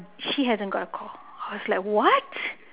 she hasn't got a call I was like what